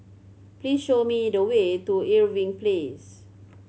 please show me the way to Irving Place